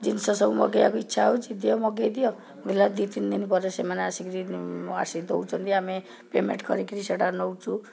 ଜିନିଷ ସବୁ ମଗାଇବାକୁ ଇଚ୍ଛା ହେଉଛି ଦେ ମଗାଇ ଦିଅ ବୋଲେ ଦୁଇ ତିନି ଦିନ ପରେ ସେମାନେ ଆସିକିରି ଆସିକି ଦଉଛନ୍ତି ଆମେ ପେମେଣ୍ଟ କରିକିରି ସେଇଟା ନଉଛୁ